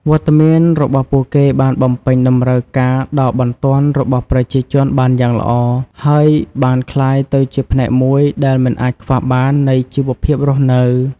វត្តមានរបស់ពួកគេបានបំពេញតម្រូវការដ៏បន្ទាន់របស់ប្រជាជនបានយ៉ាងល្អ ហើយបានក្លាយទៅជាផ្នែកមួយដែលមិនអាចខ្វះបាននៃជីវភាពរស់នៅ។